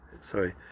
sorry